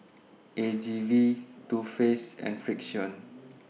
A G V Too Faced and Frixion